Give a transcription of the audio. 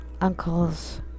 Uncle's